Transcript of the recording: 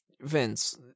Vince